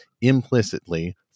implicitly